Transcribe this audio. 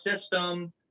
system